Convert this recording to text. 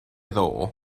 ddoe